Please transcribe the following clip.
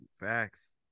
Facts